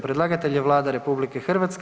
Predlagatelj je Vlada RH.